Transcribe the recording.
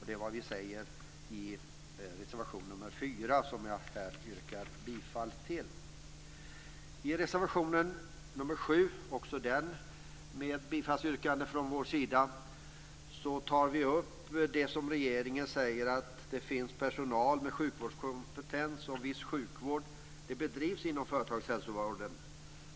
Det är vad vi säger i reservation nr 4, som jag här yrkar bifall till. I reservation nr 7, också den med bifallsyrkande från vår sida, tar vi upp det som regeringen säger om att det finns personal med sjukvårdskompetens och att viss sjukvård bedrivs inom företagshälsovården.